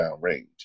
downrange